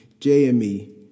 JME